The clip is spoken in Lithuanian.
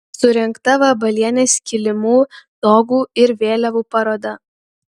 surengta vabalienės kilimų togų ir vėliavų paroda